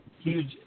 huge